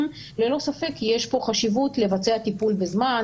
ללא ספק יש פה חשיבות לבצע טיפול בזמן,